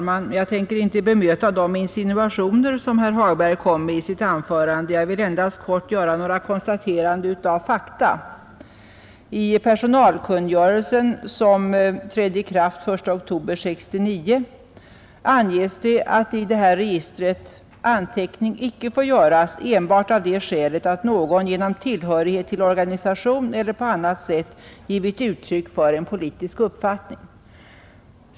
Herr talman! Jag tänker inte bemöta de insinuationer som herr Hagberg kom med i sitt anförande — jag vill endast kort konstatera några fakta. I personalkungörelsen, som trädde i kraft den 1 oktober 1969, anges att i detta register anteckning icke får göras enbart av det skälet att någon genom tillhörighet till organisation eller på annat sätt givit uttryck för en politisk uppfattning.